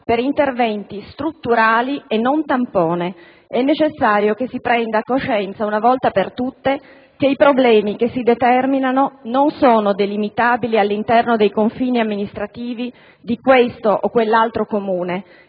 per interventi strutturali e non tampone; è necessario che si prenda coscienza, una volta per tutte, che i problemi che si determinano non sono delimitabili all'interno dei confini amministrativi di questo o quell'altro Comune